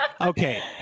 Okay